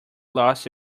lost